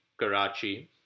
Karachi